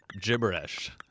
gibberish